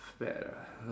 fad ah